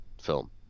film